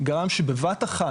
גם שבבת אחת,